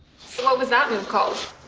was that move called?